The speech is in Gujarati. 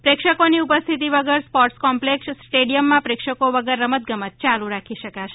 પ્રેક્ષકોની ઉપસ્થિતિ વગર સ્પોર્ટ્સ કોમ્પ્લેક્ષ સ્ટેડીયમમાં પ્રેક્ષકો વગર રમત ગમત યાલુ રાખી શકાશે